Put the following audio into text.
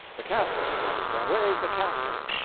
the castle, you understand where is the castle?